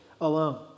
alone